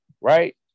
right